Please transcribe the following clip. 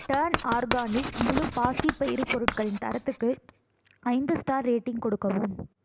turn organic முழு பாசிப்பயிறு பொருட்களின் தரத்துக்கு ஐந்து ஸ்டார் ரேட்டிங் கொடுக்கவும்